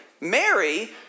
Mary